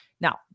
Now